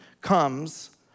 comes